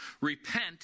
Repent